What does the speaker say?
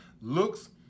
looks